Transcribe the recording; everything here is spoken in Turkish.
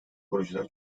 projeler